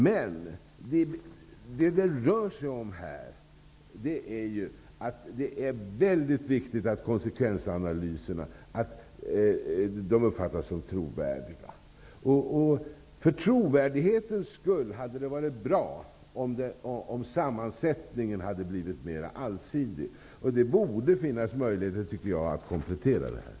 Men det är väldigt viktigt att konsekvensanalyserna uppfattas som trovärdiga. För trovärdighetens skull hade det varit bra om sammansättningen hade varit mer allsidig. Det borde finnas möjligheter att komplettera detta.